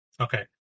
Okay